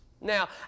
Now